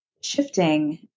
shifting